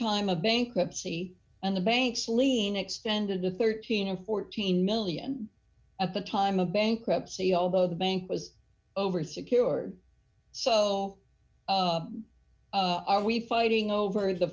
time of bankruptcy and the banks lien extended to thirteen and fourteen million at the time of bankruptcy although the bank was over secured so are we fighting over t